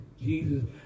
Jesus